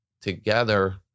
together